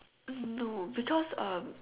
hmm no because um